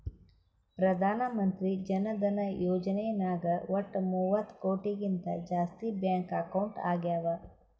ಪ್ರಧಾನ್ ಮಂತ್ರಿ ಜನ ಧನ ಯೋಜನೆ ನಾಗ್ ವಟ್ ಮೂವತ್ತ ಕೋಟಿಗಿಂತ ಜಾಸ್ತಿ ಬ್ಯಾಂಕ್ ಅಕೌಂಟ್ ಆಗ್ಯಾವ